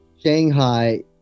Shanghai